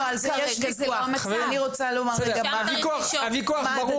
לא, על זה יש וויכוח --- הוויכוח ברור.